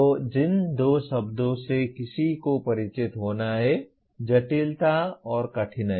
तो जिन दो शब्दों से किसी को परिचित होना है जटिलता और कठिनाई